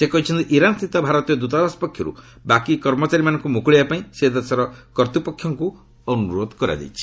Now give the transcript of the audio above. ସେ କହିଛନ୍ତି ଇରାନ୍ ସ୍ଥିତ ଭାରତୀୟ ଦୂତାବାସ ପକ୍ଷରୁ ବାକି କର୍ମଚାରୀମାନଙ୍କୁ ମୁକୁଳାଇବା ପାଇଁ ସେ ଦେଶର କର୍ତ୍ତୃପକ୍ଷଙ୍କୁ ଅନୁରୋଧ କରାଯାଇଛି